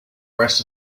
rest